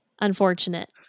Unfortunate